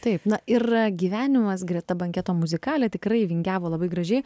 taip na ir gyvenimas greta banketo muzikale tikrai vingiavo labai gražiai